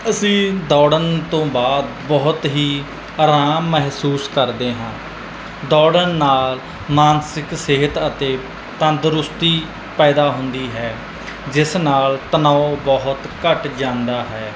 ਅਸੀਂ ਦੋੜਨ ਤੋਂ ਬਾਅਦ ਬਹੁਤ ਹੀ ਆਰਾਮ ਮਹਿਸੂਸ ਕਰਦੇ ਹਾਂ ਦੌੜਨ ਨਾਲ ਮਾਨਸਿਕ ਸਿਹਤ ਅਤੇ ਤੰਦਰੁਸਤੀ ਪੈਦਾ ਹੁੰਦੀ ਹੈ ਜਿਸ ਨਾਲ ਤਨਾਓ ਬਹੁਤ ਘੱਟ ਜਾਂਦਾ ਹੈ